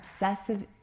obsessive